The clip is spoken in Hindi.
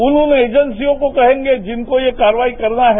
उन उन एजेंसियों को कहेंगे जिनको ये कार्रवाई करना है